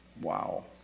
Wow